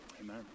Amen